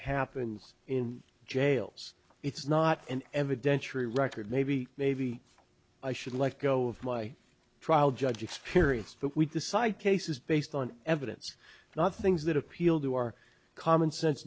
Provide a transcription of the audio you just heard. happens in jails it's not an evidentiary record maybe maybe i should let go of my trial judge experience but we decide cases based on evidence not things that appeal to our common sense